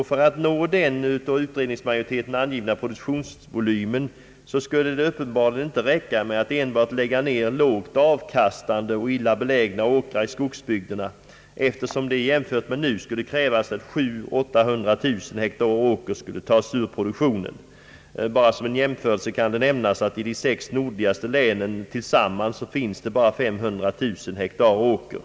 För att nå den av utskottsmajoriteten angivna produktionsvolymen skulle det uppenbarligen inte räcka med att enbart lägga ned lågt avkastande och illa belägna åkrar i skogsbygderna, eftersom det jämfört med nu skulle krävas att 700 000—800 000 hektar åker skulle tas ur produktionen. Som jämförelse kan nämnas att i de sex nordligaste länen tillsammans finns det endast 500 000 hektar åker.